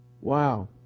wow